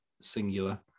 singular